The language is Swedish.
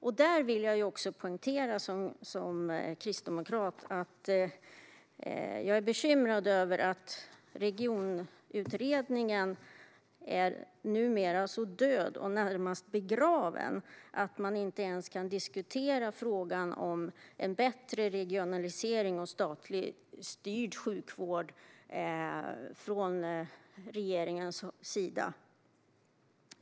Jag vill också som kristdemokrat poängtera att jag är bekymrad över att regionutredningen numera är så död och närmast begraven att man inte ens kan diskutera frågan om en bättre regionalisering av statligt styrd sjukvård från regeringens sida.